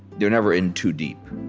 they're never in too deep.